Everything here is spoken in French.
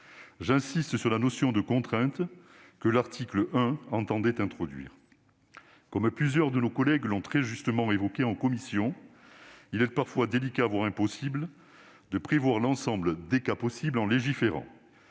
J'insiste sur la notion de « contrainte » que l'article 1 tendait à introduire. Comme plusieurs de nos collègues l'ont très justement fait remarquer en commission, il est parfois délicat, voire impossible de prévoir l'ensemble des cas possibles lorsque